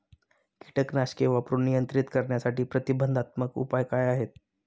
कीटकनाशके वापरून नियंत्रित करण्यासाठी प्रतिबंधात्मक उपाय काय आहेत?